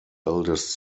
eldest